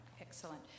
Excellent